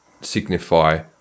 signify